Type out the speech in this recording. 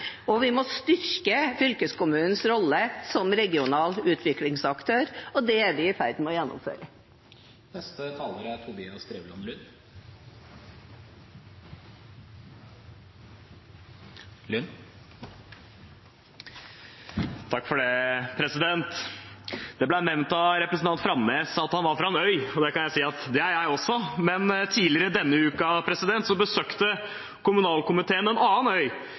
Vi må styrke fylkeskommunenes rolle som regional utviklingsaktør, og det er vi i ferd med å gjennomføre. Det ble nevnt av representanten Framnes at han var fra en øy, og det kan jeg si at jeg også er, men tidligere denne uka besøkte kommunalkomiteen en annen øy,